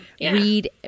read